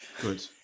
Good